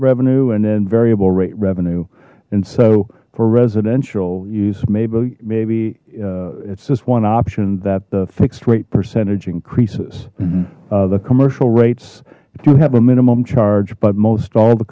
revenue and then variable rate revenue and so for residential use maybe maybe it's just one option that the fixed rate percentage increases the commercial rates do you have a minimum charge but most all the